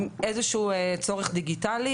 ואיזשהו צורך דיגיטלי,